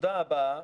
הנקודה הבאה,